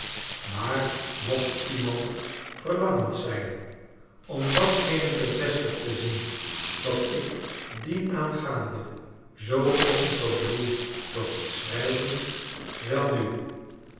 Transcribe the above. maar mocht iemand verlangend zijn om datgene bevestigd te zien wat ik dienaangaande zoo onverbloemd dorst schrijven welnu